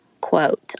quote